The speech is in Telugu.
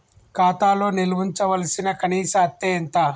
ఖాతా లో నిల్వుంచవలసిన కనీస అత్తే ఎంత?